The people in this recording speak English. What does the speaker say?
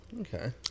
okay